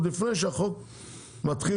עוד לפני שהחוק מתחיל,